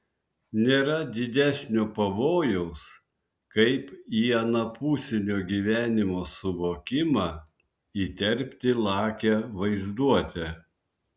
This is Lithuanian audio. nėra didesnio pavojaus kaip į anapusinio gyvenimo suvokimą įterpti lakią vaizduotę